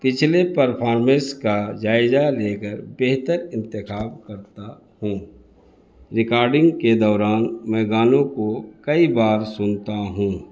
پچھلے پرفارمنس کا جائزہ لے کر بہتر انتخاب کرتا ہوں ریکارڈنگ کے دوران میں گانوں کو کئی بار سنتا ہوں